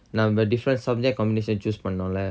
நாம:nama different subject combination choose பண்ணம்ல:pannamla